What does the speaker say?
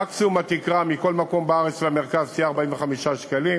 מקסימום התקרה מכל מקום בארץ למרכז יהיה 45 שקלים.